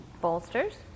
bolsters